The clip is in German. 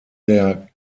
der